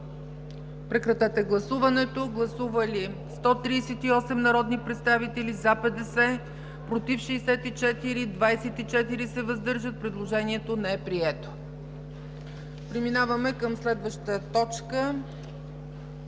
Режим на гласуване. Гласували 138 народни представители: за 50, против 64, въздържали се 24. Предложението не е прието. Преминаваме към следваща точка